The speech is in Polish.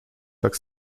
tak